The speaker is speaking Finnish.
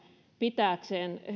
pitääkseen